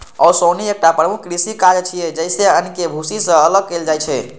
ओसौनी एकटा प्रमुख कृषि काज छियै, जइसे अन्न कें भूसी सं अलग कैल जाइ छै